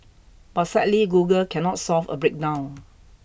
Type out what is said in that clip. but sadly Google cannot solve a breakdown